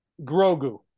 Grogu